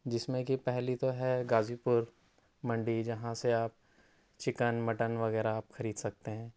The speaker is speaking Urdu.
جس میں کہ پہلی تو ہے غازی پور منڈی جہاں سے آپ چکن مٹن وغیرہ آپ خرید سکتے ہیں